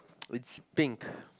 it's pink